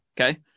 okay